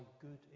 good